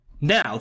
Now